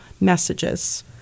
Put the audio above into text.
messages